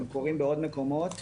הם קורים בעוד מקומות.